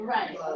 Right